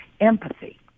empathy